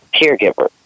caregiver